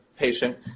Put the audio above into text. Patient